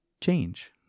change